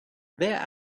there